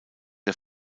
der